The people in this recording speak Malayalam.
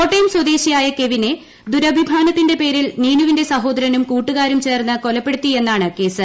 കോട്ടയം സ്വദേശിയായ കെവിനെ ദുരഭിമാനത്തിന്റെ പേരിൽ നീനുവിന്റെ സഹോദരനും കൂട്ടുകാരും ചേർന്ന് കൊലപ്പെടുത്തി യെന്നാണ് കേസ്